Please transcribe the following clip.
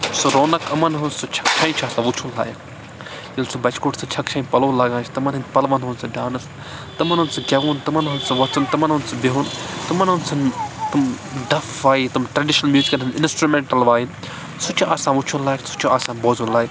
سۄ رونق یِمَن ہنٛز سُہ چھَکچھانۍ چھِ آسان وُچھُن لایق ییٚلہِ سُہ بَچہِ کوٚٹ سُہ چھَکچھانۍ پَلو لاگان چھُِ تِمَن ہنٛدۍ پَلوَن ہُنٛد سُہ ڈانٕس تِمَن ہُنٛد سُہ گیٚوُن تِمَن ہُنٛد سُہ وۄتھُن تِمَن ہُنٛد سُہ بِہُن تِمَن ہُنٛد سُہ ڈَف وایِنۍ تِم ٹرٛیٚڈِشنَل میوٗزِکَن ہنٛز اِنَسٹرٛومیٚنٛٹَل وایِنۍ سُہ چھُ آسان وُچھُن لایق سُہ چھُ آسان بوزُن لایق